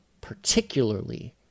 particularly